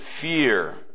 fear